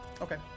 Okay